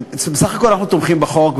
בסך הכול אנחנו תומכים בחוק,